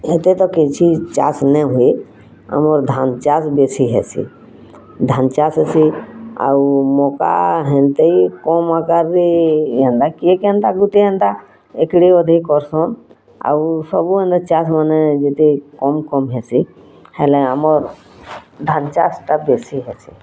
ହେତେ ତ କିଛି ଚାଷ୍ ନେଇ ହୁଏ ଆମର୍ ଧାନ୍ ଚାଷ୍ ବେଶୀ ହେସି ଧାନ୍ ଚାଷ୍ ହେସି ଆଉ ମକା ହେନ୍ତି କମ୍ ଆକାର୍ରେ ହେନ୍ତା କେ କେନ୍ତା ଗୁଟେ ହେନ୍ତା ଏକ୍ଡ଼େ ଅଧେ କର୍ସନ୍ ଆଉ ସବୁ ହେନ୍ତା ଚାଷ୍ମାନେ ଯେତେ କମ୍ କମ୍ ହେସି ହେଲେ ଆମର୍ ଧାନ୍ ଚାଷ୍ଟା ବେଶି ହେସି